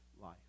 life